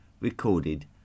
recorded